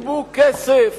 תגבו כסף,